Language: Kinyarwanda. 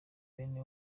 bene